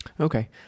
okay